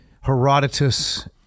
Herodotus